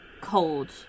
Cold